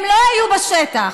הם לא היו בשטח,